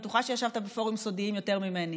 אני בטוחה שישבת בפורומים סודיים יותר ממני.